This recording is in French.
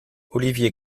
olivier